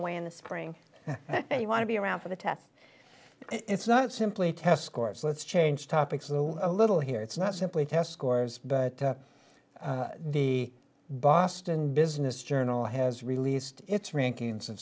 away in the spring you want to be around for the test it's not simply test scores let's change topics a little here it's not simply test scores but the boston business journal has released its rankings